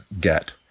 get